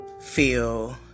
feel